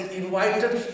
invited